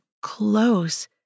Close